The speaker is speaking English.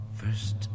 First